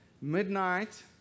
midnight